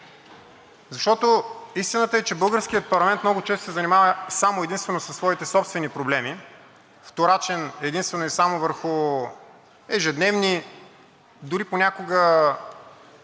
Защото истината е, че българският парламент много често се занимава само и единствено със своите собствени проблеми, вторачен единствено и само върху ежедневни, дори понякога